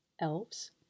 elves